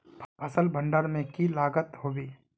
फसल भण्डारण में की लगत होबे?